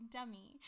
Dummy